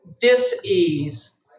dis-ease